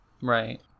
right